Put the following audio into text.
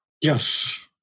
Yes